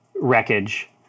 wreckage